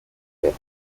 where